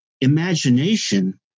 imagination